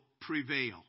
prevail